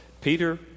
Peter